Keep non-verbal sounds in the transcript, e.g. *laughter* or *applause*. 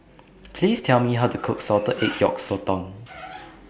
Please Tell Me How to Cook Salted Egg Yolk Sotong *noise*